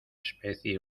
especie